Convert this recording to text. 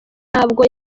ntabwo